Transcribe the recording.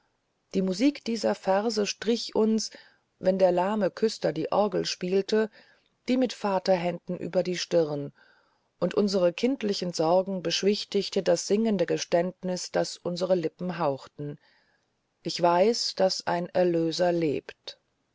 die musik dieser verse strich uns wenn der lahme küster die orgel spielte wie mit vaterhänden über die stirn und unsere kindlichen sorgen beschwichtigte das singende geständnis das unsere lippen hauchten ich weiß daß ein erlöser lebt